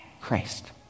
Christ